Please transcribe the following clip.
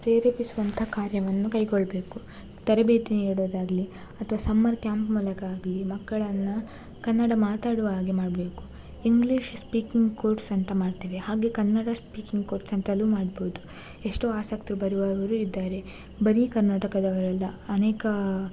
ಪ್ರೇರೇಪಿಸುವಂಥ ಕಾರ್ಯವನ್ನು ಕೈಗೊಳ್ಳಬೇಕು ತರಬೇತಿ ನೀಡೋದಾಗಲೀ ಅಥ್ವಾ ಸಮ್ಮರ್ ಕ್ಯಾಂಪ್ ಮೂಲಕ ಆಗಲೀ ಮಕ್ಕಳನ್ನು ಕನ್ನಡ ಮಾತಾಡುವ ಹಾಗೆ ಮಾಡಬೇಕು ಇಂಗ್ಲೀಷ್ ಸ್ಪೀಕಿಂಗ್ ಕೋರ್ಸ್ ಅಂತ ಮಾಡ್ತೇವೆ ಹಾಗೆ ಕನ್ನಡ ಸ್ಪೀಕಿಂಗ್ ಕೋರ್ಸ್ ಅಂತಲೂ ಮಾಡ್ಬೋದು ಎಷ್ಟೋ ಆಸಕ್ತರು ಬರುವವರೂ ಇದ್ದಾರೆ ಬರೀ ಕರ್ನಾಟಕದವರಲ್ಲ ಅನೇಕ